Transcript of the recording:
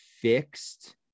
fixed